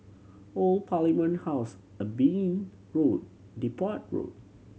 Old Parliament House Eben Road Depot Road